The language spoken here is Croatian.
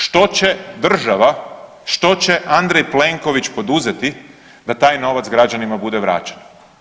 Što će država, što će Andrej Plenković poduzeti da taj novac građanima bude vraćen?